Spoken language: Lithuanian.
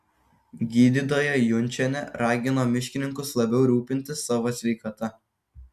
gydytoja junčienė ragino miškininkus labiau rūpintis savo sveikata